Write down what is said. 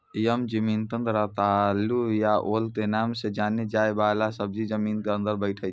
यम, जिमिकंद, रतालू या ओल के नाम सॅ जाने जाय वाला सब्जी जमीन के अंदर बैठै छै